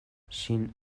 ŝin